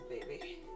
baby